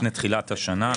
לפני תחילת השנה,